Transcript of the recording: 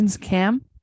Cam